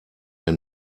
der